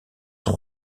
sont